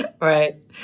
right